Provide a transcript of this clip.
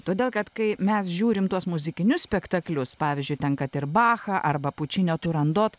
todėl kad kai mes žiūrime tuos muzikinius spektaklius pavyzdžiui tenka ir bachą arba pučinio turandot